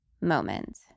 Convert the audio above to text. moment